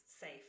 safe